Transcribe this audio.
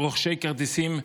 רוכשי כרטיסים,